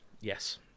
Yes